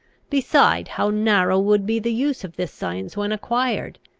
beside, how narrow would be the use of this science when acquired?